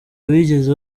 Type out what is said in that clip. bigeze